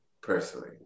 personally